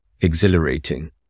exhilarating